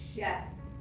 yes.